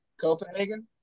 Copenhagen